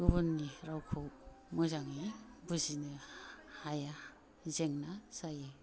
गुबुननि रावखौ मोजाङै बुजिनो हाया जेंना जायो